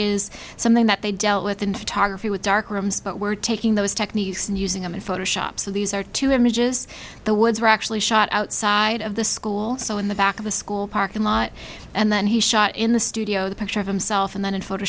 is something that they dealt with in photography with dark rooms but we're taking those techniques and using them in photoshop so these are two images the woods were actually shot outside of the school so in the back of a school parking lot and then he shot in the studio the picture of himself and then in photo